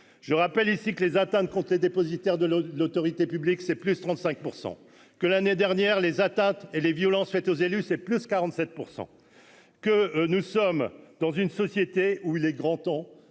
je rappelle ici que les atteintes compte les dépositaires de l'autorité publique, c'est plus 35 % que l'année dernière les atteintes et les violences faites aux élus, c'est plus 47 % que nous sommes dans une société où il est grand temps